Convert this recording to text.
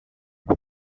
pak